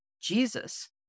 Jesus